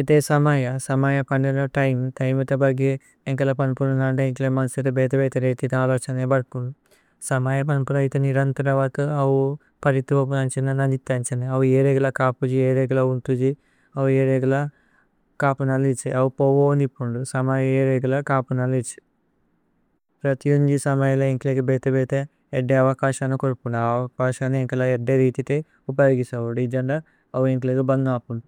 ഇഥേ സമയ സമയ പന്ദേല തൈമ് തൈമിത ബഗി। ഏന്കേല പന്പുനനന്ദ ഏന്കേല മന്സേര ബേതേ ബേതേ। രേഥിതേ അലഛനേ ബല്പുന്ദു സമയ പന്പുന ഇഥേ। നിരന്തര വത ഔ പരിഥു ഓപുനന്ഛനേ ന। നനിഥന്ഛനേ ഔ ഇഏരേഗല കപുജി ഇഏരേഗല। ഉന്തുജി ഔ ഇഏരേഗല കപുനല ഇത്സേ ഔ പോവൂന്ദ്। പുന്ദു സമയ ഇഏരേഗല കപുനല ഇത്സേ പ്രതിയോന്ജി। സമയേല ഏന്കേലേഗേ ബേതേ ബേതേ ഏദ്ദേ അവകസന। കോര്പുന്ദു അവകസന ഏന്കേല ഏദ്ദേ രേഥിതേ। ഉപയഗിസവുദു ഇജന്ദ ഔ ഏന്കേലേഗേ ബന്ഗപുന്ദു।